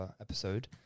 episode